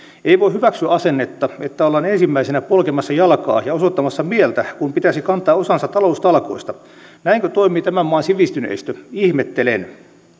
ei voi hyväksyä asennetta että ollaan ensimmäisenä polkemassa jalkaa ja osoittamassa mieltä kun pitäisi kantaa osansa taloustalkoista näinkö toimii tämän maan sivistyneistö ihmettelen